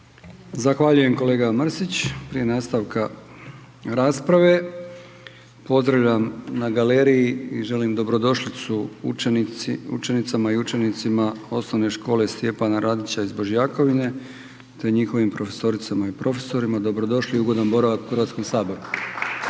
Zahvaljujem, kolega Mrsić. Prije nastavka rasprave, pozdravljam na galeriji i želim dobrodošlicu učenicama i učenicima OS Stjepana Radića iz Božjakovine te njihovim profesoricama i profesorima. Dobrodošli i ugodan boravak u Hrvatskom